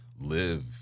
live